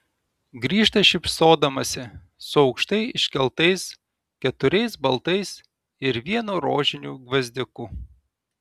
grįžta šypsodamasi su aukštai iškeltais keturiais baltais ir vienu rožiniu gvazdiku